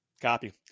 Copy